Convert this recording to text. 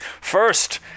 First